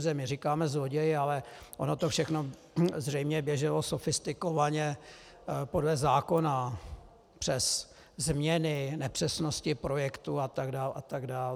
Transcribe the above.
My říkáme zloději, ale ono to všechno zřejmě běželo sofistikovaně podle zákona přes změny, nepřesnosti projektů a tak dále a tak dále.